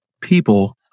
people